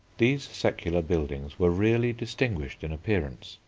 these secular buildings were really distinguished in appearance,